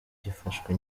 gifashwe